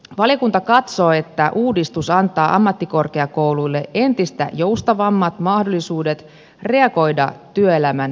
valiokunta katsoo että uudistus antaa ammattikorkeakouluille entistä joustavammat mahdollisuudet reagoida työelämän tarpeisiin